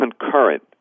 concurrent